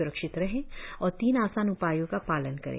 स्रक्षित रहें और तीन आसान उपायों का पालन करें